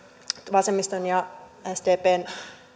vasemmiston ja sdpn